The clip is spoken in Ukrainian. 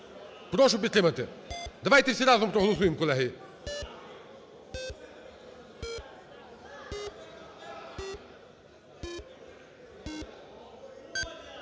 Прошу підтримати. Давайте всі разом проголосуємо, колеги.